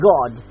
God